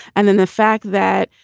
and then the fact that,